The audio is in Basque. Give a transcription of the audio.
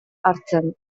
hartzen